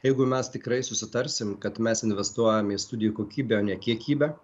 jeigu mes tikrai susitarsim kad mes investuojam į studijų kokybę o ne kiekybę